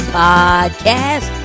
podcast